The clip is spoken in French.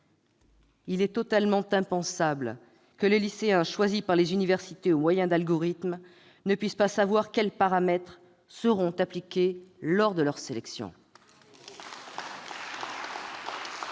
Il est totalement impensable que les lycéens choisis par les universités au moyen d'algorithmes ne puissent pas savoir quels paramètres seront appliqués lors de leur sélection